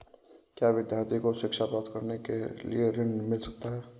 क्या विद्यार्थी को शिक्षा प्राप्त करने के लिए ऋण मिल सकता है?